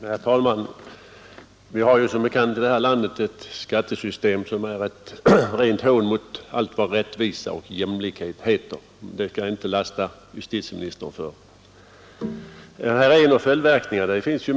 Herr talman! Vi har som bekant här i landet ett skattesystem som är ett rent hån mot allt vad rättvisa och jämlikhet heter, men det skall jag inte lasta justitieministern för. Vad jag har tagit upp är en av följdverkningarna av vårt skattesystem.